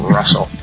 Russell